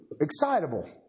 excitable